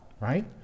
right